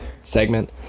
segment